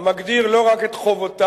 המגדיר לא רק את חובותיו,